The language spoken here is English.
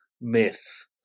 myth